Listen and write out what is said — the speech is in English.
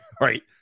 right